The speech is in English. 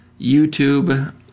YouTube